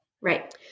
Right